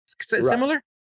Similar